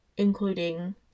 including